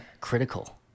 critical